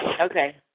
Okay